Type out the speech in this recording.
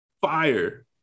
Fire